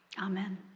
amen